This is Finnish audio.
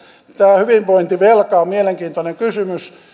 tämä hyvinvointivelka on mielenkiintoinen kysymys